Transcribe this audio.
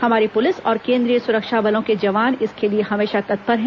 हमारी पुलिस और केन्द्रीय सुरक्षा बलों के जवान इसके लिए हमेशा तत्पर है